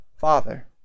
father